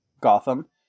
Gotham